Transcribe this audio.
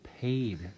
Paid